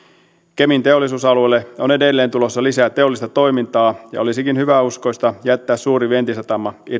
kemin teollisuusalueelle on edelleen tulossa lisää teollista toimintaa ja olisikin hyväuskoista jättää suuri vientisatama